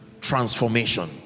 Transformation